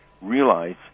realize